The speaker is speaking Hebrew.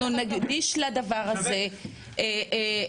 אנחנו נקדיש לדבר הזה ישיבה,